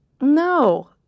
No